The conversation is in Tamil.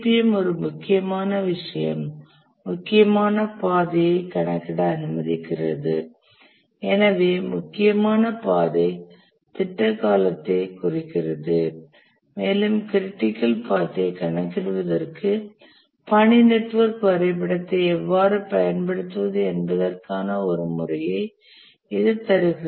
CPM ஒரு முக்கியமான விஷயம் முக்கியமான பாதையை கணக்கிட அனுமதித்தது எனவே முக்கியமான பாதை திட்ட காலத்தைக் குறிக்கிறது மேலும் க்ரிட்டிக்கல் பாத் ஐ கணக்கிடுவதற்கு பணி நெட்வொர்க் வரைபடத்தை எவ்வாறு பயன்படுத்துவது என்பதற்கான ஒரு முறையை இது தருகிறது